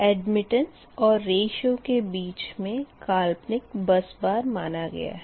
admittance और ratio के बीच में काल्पनिक बस बार माना गया है